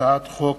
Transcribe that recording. והצעת חוק